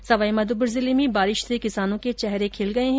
इधर सवाईमाधोपुर जिले में बारिश से किसानों के चेहरे खिल गये है